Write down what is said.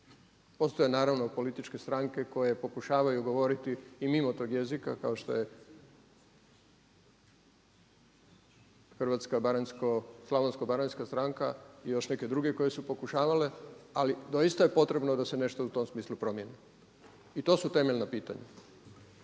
Postoje naravno političke stranke koje pokušavaju govoriti i mimo tog jezika kao što je Slavonsko-baranjska stranka i još neke druge koje su pokušavale. Ali doista je potrebno da se nešto u tom smislu promjeni. I to su temeljna pitanja.